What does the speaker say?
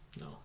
No